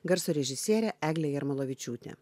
garso režisierė eglė jarmolovičiūtė